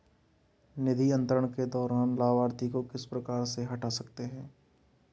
निधि अंतरण के दौरान लाभार्थी को किस प्रकार से हटा सकते हैं?